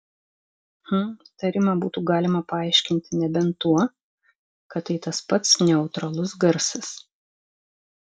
hm tarimą būtų galima paaiškinti nebent tuo kad tai tas pats neutralus garsas